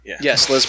Yes